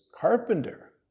carpenter